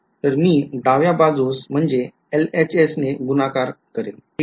तर मी डाव्या बाजूस म्हणजे गुणाकार करेल ठीक आहे